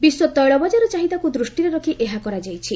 ବିଶ୍ୱ ତୈଳ ବଜାର ଚାହିଦାକୁ ଦୃଷ୍ଟିରେ ରଖି ଏହା କରାଯାଇଛି